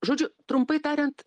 žodžiu trumpai tariant